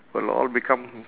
will all become